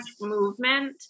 movement